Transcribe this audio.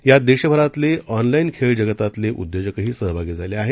यात देशभरातले ऑनलाईन खेळ जगतातले उद्योजकही सहभागी झाले आहेत